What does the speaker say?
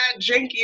janky